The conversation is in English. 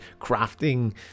crafting